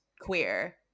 queer